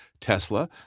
Tesla